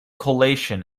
collation